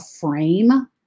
frame